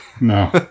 no